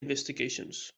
investigations